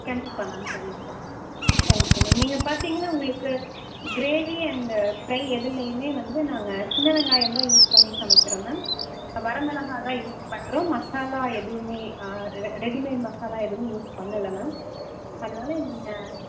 கண்டிப்பாக மேம் கண்டிப்பாக thank you ma'am நீங்கள் பார்த்திங்கன்னா உங்களுக்கு கிரேவி அண்டு ஃப்ரை எதுலையுமே வந்து நாங்கள் சின்ன வெங்காயம்தான் யூஸ் பண்ணி சமைக்கறோம் மேம் வர மிளகா தான் யூஸ் பண்ணுறோம் மசாலா எதுவுமே ரெடிமேட் மசாலா எதுவுமே யூஸ் பண்ணல மேம் அதனால் நீங்கள்